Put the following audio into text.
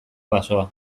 basoa